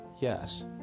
Yes